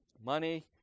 Money